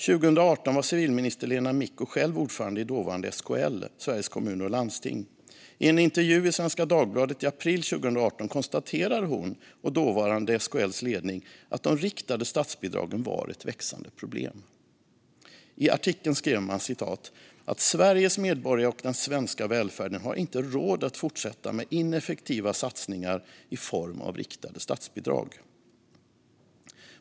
År 2018 var civilminister Lena Micko själv ordförande för det som då hette SKL, Sveriges Kommuner och Landsting. I en debattartikel i Svenska Dagbladet i april 2018 konstaterade hon och SKL:s ledning att de riktade statsbidragen var ett växande problem. I artikeln skrev man: "Sveriges medborgare och den svenska välfärden har inte råd att fortsätta med ineffektiva satsningar i form av riktade statsbidrag."